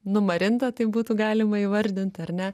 numarinta taip būtų galima įvardint ar ne